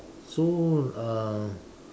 so uh